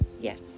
yes